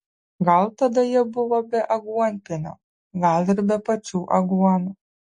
gal tada jie buvo be aguonpienio gal ir be pačių aguonų